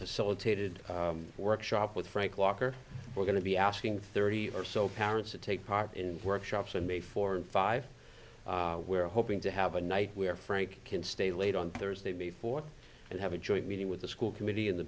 facilitated workshop with frank walker we're going to be asking thirty or so parents to take part in workshops in may four and five we're hoping to have a night where frank can stay late on thursday before and have a joint meeting with the school committee in the